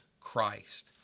Christ